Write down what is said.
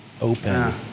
open